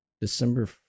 December